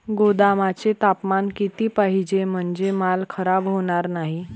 गोदामाचे तापमान किती पाहिजे? म्हणजे माल खराब होणार नाही?